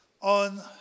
on